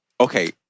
okay